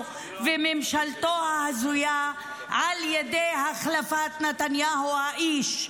וממשלתו ההזויה על ידי החלפת נתניהו האיש,